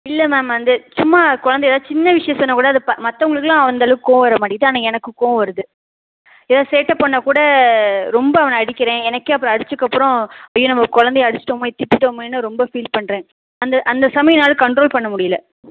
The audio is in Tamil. இல்லை மேம் வந்து சும்மா குழந்த ஏதாவது சின்ன விஷயம் சொன்னா கூட அது ப மற்றவங்களுக்குலாம் அந்தளவுக்கு கோவம் வர மாட்டேங்கிது ஆனால் எனக்கு கோவம் வருது ஏதாவது சேட்டை பண்ணால் கூட ரொம்ப அவன அடிக்கிறேன் எனக்கே அப்பறம் அடிச்சதுக்கு அப்புறம் ஐயோ நம்ம குழந்தைய அடிச்சுட்டோமோ திட்டிட்டோமேனு ரொம்ப ஃபீல் பண்ணுறேன் அந்த அந்த சமயம் என்னால் கண்ட்ரோல் பண்ண முடியலை